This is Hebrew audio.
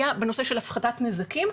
היו בהקשר של הפחתת נזקים,